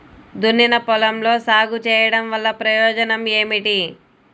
దున్నిన పొలంలో సాగు చేయడం వల్ల ప్రయోజనం ఏమిటి?